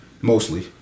mostly